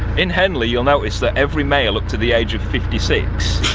in henley, you'll notice that every male up to the age of fifty six,